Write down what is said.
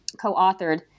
co-authored